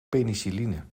penicilline